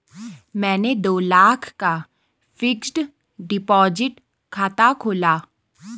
मैंने दो लाख का फ़िक्स्ड डिपॉज़िट खाता खोला